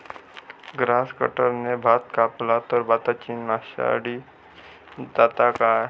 Grass कटराने भात कपला तर भाताची नाशादी जाता काय?